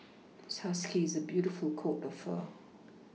this husky has a beautiful coat of fur